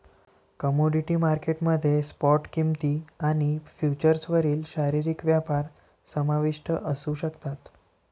commodity market मध्ये spot किंमती आणि फ्युचर्सवरील शारीरिक व्यापार समाविष्ट असू शकतात